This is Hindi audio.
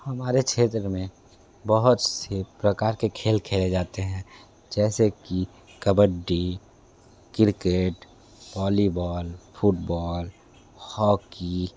हमारे क्षेत्र में बहुत से प्रकार के खेल खेले जाते हैं जैसे कि kabaddi cricket volleyball football hockey